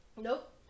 nope